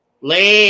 late